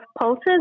pulses